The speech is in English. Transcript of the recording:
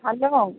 hello